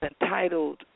entitled